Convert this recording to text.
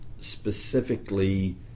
specifically